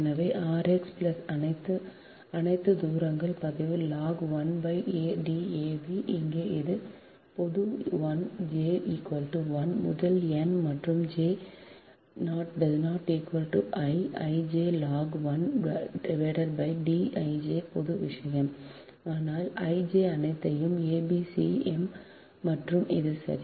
எனவே rx plus அனைத்து அனைத்து தூரங்கள் பதிவு log 1 D ab இங்கே அது பொது 1 j 1 முதல் n மற்றும் j ≠ I ij log 1 D ij பொது விஷயம் ஆனால் ij அனைத்தையும் a b c m மற்றும் இது சரி